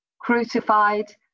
crucified